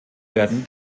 werden